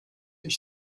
ich